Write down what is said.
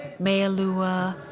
mea ah lua.